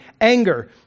anger